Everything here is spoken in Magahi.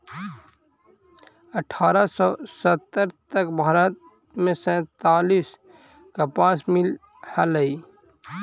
अट्ठारह सौ सत्तर तक भारत में सैंतालीस कपास मिल हलई